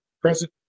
present